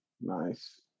Nice